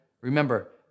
Remember